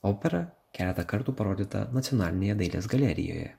opera keletą kartų parodyta nacionalinėje dailės galerijoje